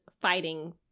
fighting